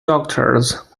daughters